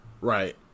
Right